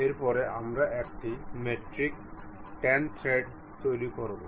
এর পরে আমরা একটি মেট্রিক 10 থ্রেড তৈরি করব